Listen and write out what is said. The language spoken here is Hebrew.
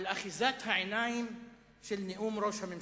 על אחיזת העיניים של נאום ראש הממשלה,